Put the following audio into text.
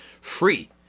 Free